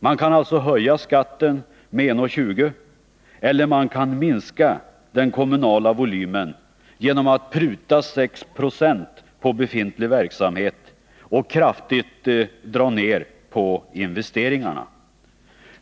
Man kan alltså höja skatten med 1:20 kr. eller också minska den kommunala volymen genom att pruta 6 20 på befintlig verksamhet och kraftigt dra ner på investeringarna.